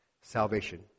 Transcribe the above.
salvation